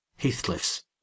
heathcliffs